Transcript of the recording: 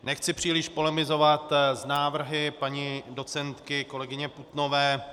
Nechci příliš polemizovat s návrhy paní doc. kolegyně Putnové.